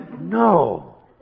No